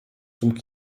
zum